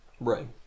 Right